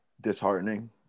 disheartening